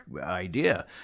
idea